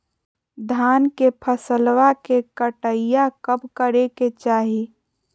धान के फसलवा के कटाईया कब करे के चाही?